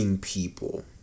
people